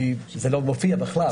כי זה לא מופיע בכלל.